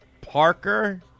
Parker